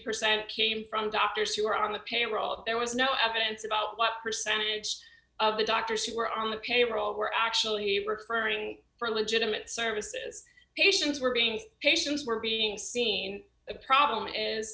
percent came from doctors who were on the payroll there was no evidence about what percentage of the doctors who were on the payroll were actually referring for legitimate services patients were being patients were being seen the problem is